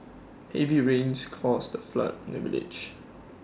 heavy rains caused A flood in the village